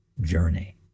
journey